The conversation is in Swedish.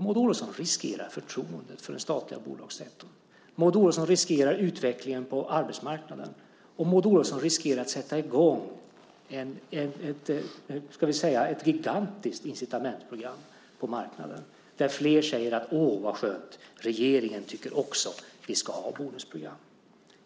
Maud Olofsson riskerar förtroendet för den statliga bolagssektorn. Maud Olofsson riskerar utvecklingen på arbetsmarknaden, och Maud Olofsson riskerar att sätta i gång ett gigantiskt incitamentsprogram på marknaden där flera kommer att säga att det är så skönt att regeringen också tycker att det ska vara bonusprogram.